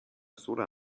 sola